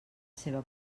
seva